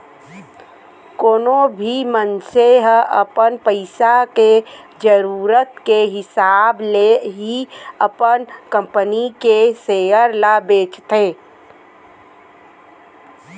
कोनो भी मनसे ह अपन पइसा के जरूरत के हिसाब ले ही अपन कंपनी के सेयर ल बेचथे